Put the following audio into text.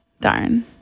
darn